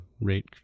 rate